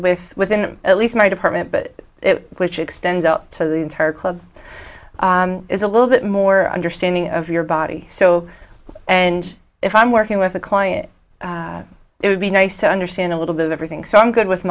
with within at least my department but which extends out of the entire club is a little bit more understanding of your body so and if i'm working with a client it would be nice to understand a little bit of everything so i'm good with